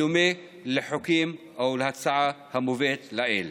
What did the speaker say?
בדומה לחוקים או להצעה המובאת לעיל.